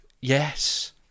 Yes